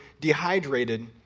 dehydrated